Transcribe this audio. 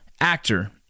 actor